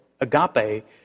agape